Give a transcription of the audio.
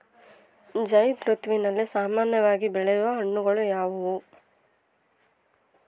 ಝೈಧ್ ಋತುವಿನಲ್ಲಿ ಸಾಮಾನ್ಯವಾಗಿ ಬೆಳೆಯುವ ಹಣ್ಣುಗಳು ಯಾವುವು?